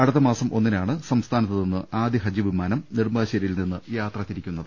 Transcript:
അടുത്ത മാസം ഒന്നിനാണ് സംസ്ഥാനത്തുനിന്ന് ആദ്യ ഹജ്ജ് വിമാനം നെടുമ്പാശ്ശേരിയിൽനിന്ന് യാത്ര തിരിക്കുന്നത്